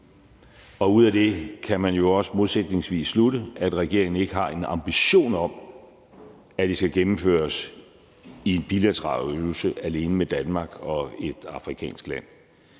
og ud af det kan man jo modsat også slutte, at regeringen ikke har en ambition om, at det skal gennemføres i en bilateral øvelse alene mellem Danmark og et afrikansk land.